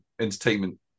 Entertainment